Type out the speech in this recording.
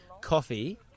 coffee